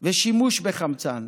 חמצן ושימוש בחמצן